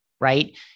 right